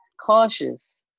Cautious